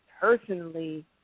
personally